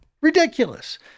Ridiculous